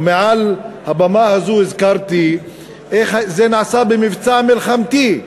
ומעל הבמה הזו הזכרתי איך זה נעשה במבצע מלחמתי.